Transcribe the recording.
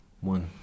one